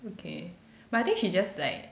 okay but I think she just like